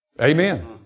Amen